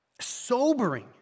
Sobering